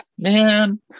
man